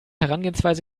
herangehensweise